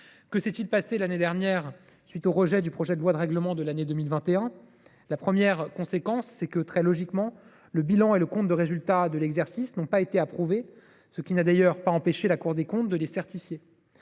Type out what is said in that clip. Que s’est il passé l’année dernière à la suite du rejet du projet de loi de règlement de l’année 2021 ? La première conséquence, c’est que, très logiquement, le bilan et le compte de résultat de l’exercice n’ont pas été approuvés, ce qui n’a d’ailleurs pas empêché la Cour des comptes de les certifier.